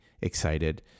excited